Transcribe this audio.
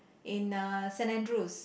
in uh Saint-Andrews